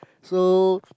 so